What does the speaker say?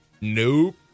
Nope